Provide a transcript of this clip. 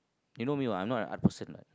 you know me what I'm not an art person what